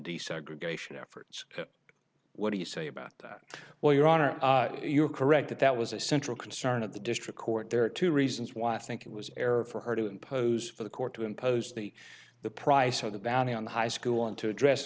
desegregation efforts what do you say about that well your honor you're correct that that was a central concern of the district court there are two reasons why i think it was error for her to impose for the court to impose the the price of the bounty on the high school and to address